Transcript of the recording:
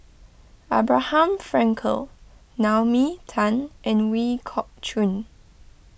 Abraham Frankel Naomi Tan and Ooi Kok Chuen